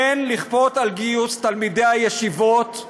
אין לכפות על גיוס תלמידי הישיבות,